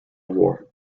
war